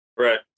Right